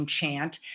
chant